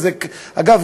אגב,